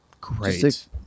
Great